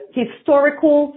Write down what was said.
historical